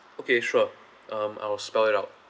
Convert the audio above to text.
okay sure um I'll spell it out